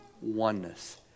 oneness